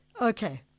Okay